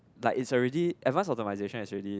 like is already advanced optimisation is already